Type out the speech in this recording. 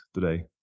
today